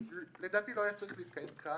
לא היה צריך להתקיים כאן.